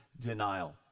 denial